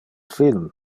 film